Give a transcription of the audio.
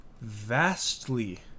vastly